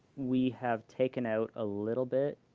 we have taken out a little bit.